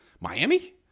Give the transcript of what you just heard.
Miami